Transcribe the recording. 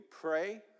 pray